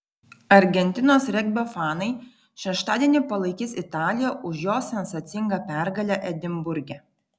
argentinos regbio fanai šeštadienį palaikys italiją už jos sensacingą pergalę edinburge